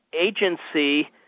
agency